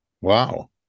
wow